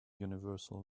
universal